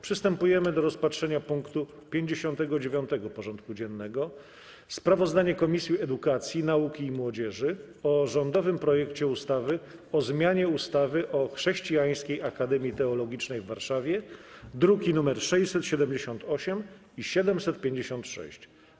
Przystępujemy do rozpatrzenia punktu 59. porządku dziennego: Sprawozdanie Komisji Edukacji, Nauki i Młodzieży o rządowym projekcie ustawy o zmianie ustawy o Chrześcijańskiej Akademii Teologicznej w Warszawie (druki nr 678 i 756)